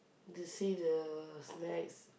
to see the snacks